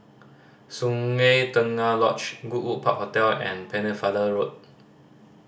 Sungei Tengah Lodge Goodwood Park Hotel and Pennefather Road